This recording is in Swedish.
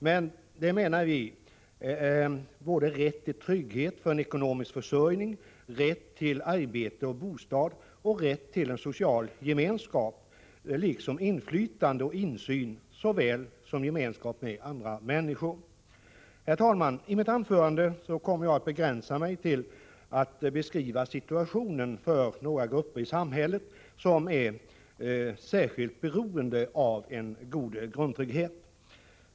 Med det menar vi att man har rätt till trygghet för sin ekonomiska försörjning, rätt till arbete och bostad samt rätt till social gemenskap, inflytande och insyn samt gemenskap med andra människor. Herr talman! I mitt anförande kommer jag att begränsa mig till att beskriva situationen för några grupper i samhället som är särskilt beroende av en god grundtrygghet.